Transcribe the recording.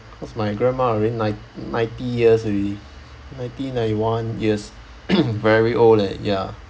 cause my grandma already nine~ ninety years already ninety ninety one years very old leh ya